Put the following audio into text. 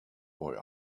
boy